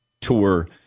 Tour